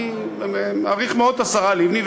אני מעריך מאוד את השרה לבני,